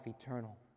eternal